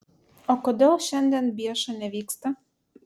o kodėl šiandien bieša nevyksta